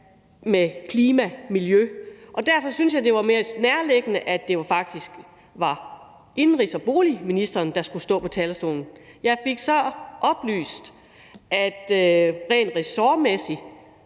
med klima og miljø at gøre. Og derfor syntes jeg, det var mest nærliggende, at det faktisk var indenrigs- og boligministeren, der skulle stå på talerstolen. Jeg fik så oplyst, at rent ressortmæssigt